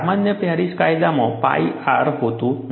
સામાન્ય પેરિસ કાયદામાં phi R હોતું નથી